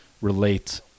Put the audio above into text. relate